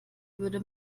würde